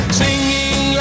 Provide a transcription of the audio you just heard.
singing